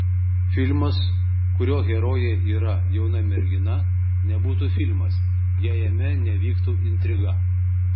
filmas kurio herojė yra jauna mergina nebūtų filmas jei jame nevyktų intriga